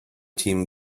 team